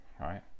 right